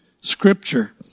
Scripture